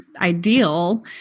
ideal